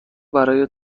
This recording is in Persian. برای